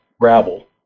gravel